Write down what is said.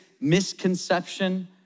misconception